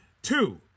Two